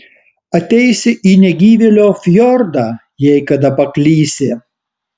ateisi į negyvėlio fjordą jei kada paklysi